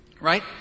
Right